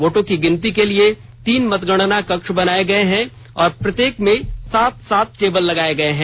वोटों की गिनती के लिए तीन मतगणना कक्ष बनाये गये हैं और प्रत्येक मे सात सात टेबल लगाये गये हैं